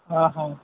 ଓ ହଁ